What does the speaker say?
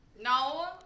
No